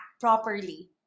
properly